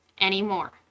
anymore